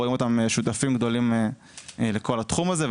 אנחנו רואים אותם שותפים גדולים לכל התחום הזה.